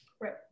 right